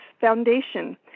Foundation